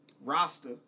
roster